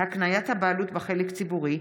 התשפ"ב 2022,